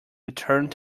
returned